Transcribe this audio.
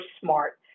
smart